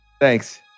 Thanks